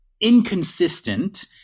inconsistent